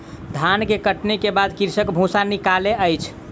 धान के कटनी के बाद कृषक भूसा निकालै अछि